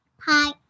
Hi